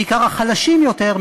בעיקר החלשים יותר,